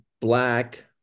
black